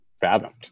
fathomed